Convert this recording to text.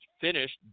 finished